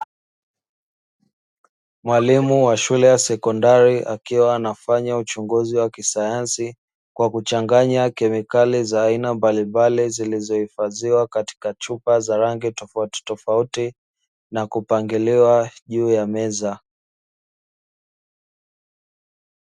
Mwalimu wa shule ya sekondari, akiwa anafanya uchunguzi wa kisayansi kwa kuchanganya kemikali za aina mbalimbali, zilizohifadhiwa katika chupa za rangi tofautitofauti na kupangiliwa juu ya meza.